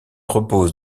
reposent